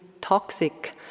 toxic